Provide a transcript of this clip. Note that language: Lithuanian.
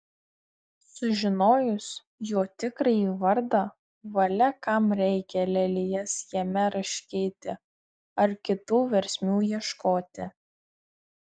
sužinojus jo tikrąjį vardą valia kam reikia lelijas jame raškyti ar kitų versmių ieškoti